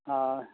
ᱦᱳᱭ